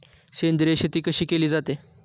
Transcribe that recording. सेंद्रिय शेती कशी केली जाते?